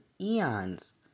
eons